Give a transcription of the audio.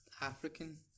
African